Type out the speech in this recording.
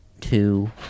two